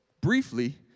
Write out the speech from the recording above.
briefly